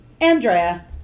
Andrea